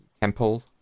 temple